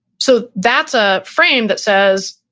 so that's a frame that says,